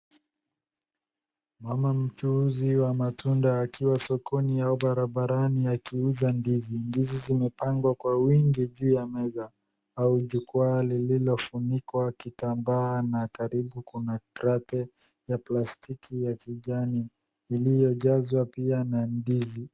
Mama mchuuzi wa matunda akiwa sokoni au barabarani akiuza ndizi. Ndizi zimepangwa kwa wingi juu ya meza au jukwaa lililofunikwa kitambaa na karibu kuna krate ya plastiki ya kijani iliyojazwa pia na ndizi.